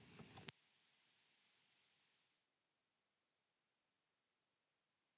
Kiitos,